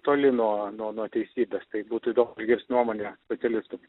toli nuo nuo teisybės tai būtų įdomu išgirst nuomonę specialistų